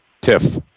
tiff